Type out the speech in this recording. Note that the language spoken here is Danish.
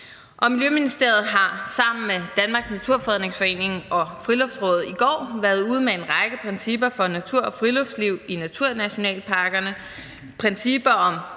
Miljøministeriet har sammen med Danmarks Naturfredningsforening og Friluftsrådet i går været ude med en række principper for natur- og friluftsliv i naturnationalparkerne.